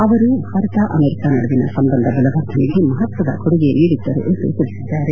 ಅವರು ಭಾರತ ಅಮೆರಿಕ ನಡುವಿನ ಸಂಬಂಧ ಬಲವರ್ಧನೆಗೆ ಮಹತ್ವದ ಕೊಡುಗೆ ನೀಡಿದ್ದರು ಎಂದು ತಿಳಿಸಿದ್ದಾರೆ